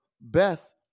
beth